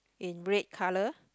in red colour